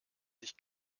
sich